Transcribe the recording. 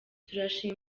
turashima